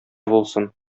булсын